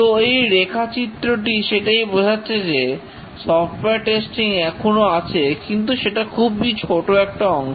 তো এই রেখাচিত্রটি সেটাই বোঝাচ্ছে যে সফটওয়্যার টেস্টিং এখনো আছে কিন্তু সেটা খুবই ছোট একটা অংশ